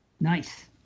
nice